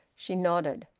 she nodded.